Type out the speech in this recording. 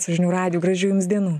su žinių radiju gražių jums dienų